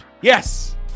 Yes